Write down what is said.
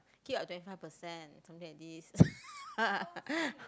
keep our twenty five percent something like this